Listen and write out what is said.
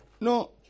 No